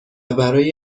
برای